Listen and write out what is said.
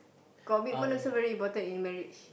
commitment also very important in marriage